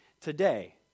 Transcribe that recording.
today